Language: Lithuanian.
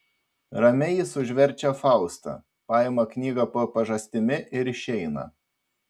ramiai jis užverčia faustą paima knygą po pažastimi ir išeina